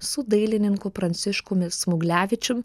su dailininku pranciškumi smuglevičium